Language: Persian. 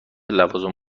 لوازم